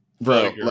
bro